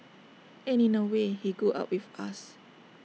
and in A way he grew up with us